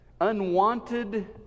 unwanted